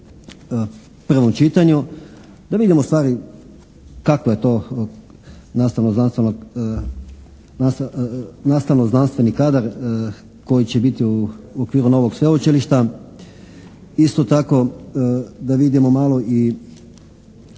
prvom čitanju, da vidimo ustvari kakav je to znanstveno-nastavni kadar koji će biti u okviru novog sveučilišta. Isto tako da vidimo malo i